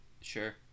Sure